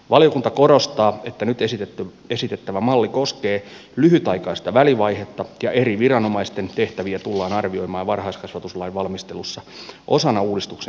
valiokunta korostaa että nyt esitettävä malli koskee lyhytaikaista välivaihetta ja eri viranomaisten tehtäviä tullaan arvioimaan varhaiskasvatuslain valmistelussa osana uudistuksen kokonaisuutta